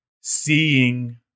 seeing